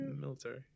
Military